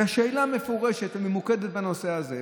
בשאלה מפורשת וממוקדת בנושא הזה,